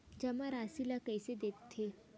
जमा राशि ला कइसे देखथे?